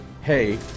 hey